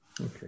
Okay